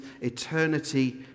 eternity